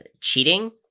cheating